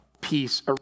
peace